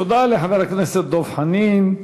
תודה לחבר הכנסת דב חנין.